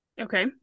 Okay